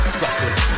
suckers